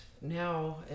now